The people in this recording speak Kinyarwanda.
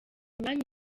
imyanya